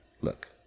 look